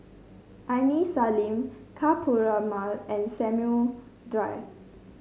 Aini Salim Ka Perumal and Samuel Dyer